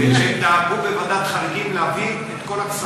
הם דאגו בוועדת חריגים להעביר את כל הכספים האלה.